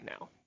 now